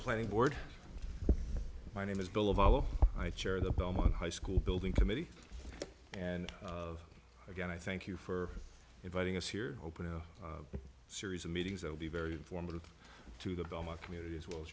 playing board my name is bill of our high chair the belmont high school building committee and of again i thank you for inviting us here open a series of meetings that will be very informative to the belmont community as well as